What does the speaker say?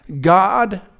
God